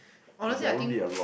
honestly I think